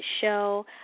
show